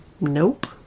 nope